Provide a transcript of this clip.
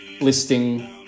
listing